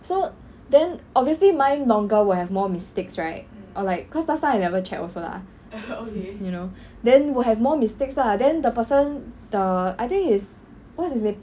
so then obviously mine longer will have more mistakes right or like cause last time I never check also lah you know then will have more mistakes lah then the person the I think is what's his name